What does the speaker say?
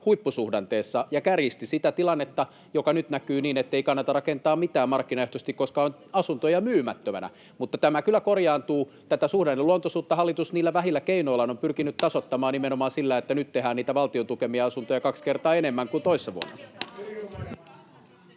huippusuhdanteessa ja kärjisti sitä tilannetta, joka nyt näkyy niin, ettei kannata rakentaa mitään markkinaehtoisesti, koska on asuntoja myymättöminä. Mutta tämä kyllä korjaantuu. Tätä suhdanneluontoisuutta hallitus niillä vähillä keinoillaan on pyrkinyt tasoittamaan nimenomaan sillä, että nyt tehdään niitä valtion tukemia asuntoja kaksi kertaa enemmän kuin toissa vuonna.